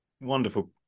Wonderful